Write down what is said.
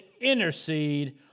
intercede